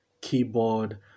Keyboard